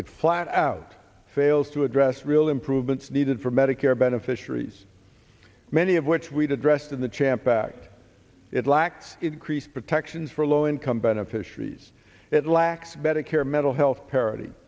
it flat out fails to address real improvements needed for medicare beneficiaries many of which we did dressed in the champ back it lacked increased protections for low income beneficiaries it lacks better care mental health parity